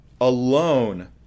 alone